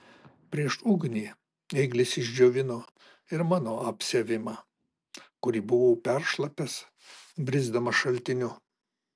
prieš ugnį ėglis išdžiovino ir mano apsiavimą kurį buvau peršlapęs brisdamas šaltiniu